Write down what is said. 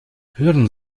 hören